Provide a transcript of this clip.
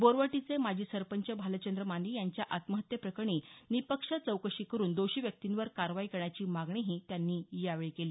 बोरवटीचे माजी सरपंच भालचंद्र माने यांच्या आत्महत्ये प्रकरणी निपक्ष चौकशी करून दोषी व्यक्तिंवर कारवाई करण्याची मागणीही त्यांनी यावेळी केली